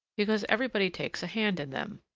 because everybody takes a hand in them.